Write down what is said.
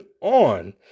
on